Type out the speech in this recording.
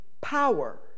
power